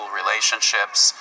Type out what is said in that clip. relationships